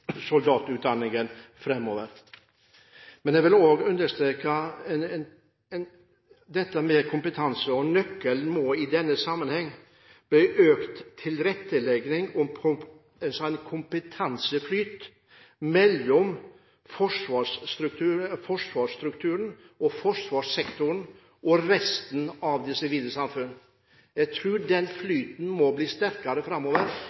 soldatutdanningen framover. Jeg vil også understreke dette med kompetanse. Nøkkelen må i denne sammenhengen være en økt tilrettelegging for kompetanseflyt mellom forsvarssektoren og resten av det sivile samfunnet. Jeg tror den flyten må bli sterkere framover,